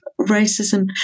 racism